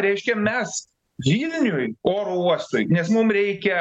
reiškia mes vilniuj oro uostui nes mum reikia